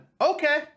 Okay